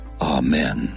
Amen